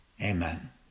Amen